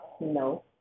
No